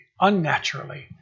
unnaturally